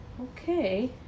Okay